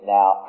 now